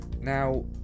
Now